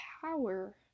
power